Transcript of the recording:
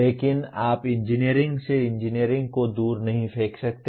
लेकिन आप इंजीनियरिंग से इंजीनियरिंग को दूर नहीं फेंक सकते